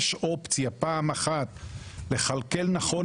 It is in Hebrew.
יש אופציה פעם אחת לכלכל נכון,